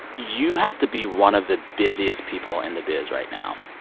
you have to be one of the busiest people in the biz right now.